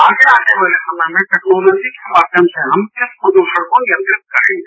आगे आने वाले समय में टेक्नोलॉजी के माध्यम से हम इस प्रदूषण को नियंत्रित करेंगे